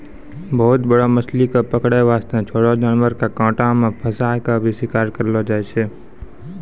बहुत बड़ो मछली कॅ पकड़ै वास्तॅ छोटो जानवर के कांटा मॅ फंसाय क भी शिकार करलो जाय छै